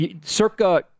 Circa